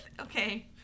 okay